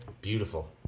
Beautiful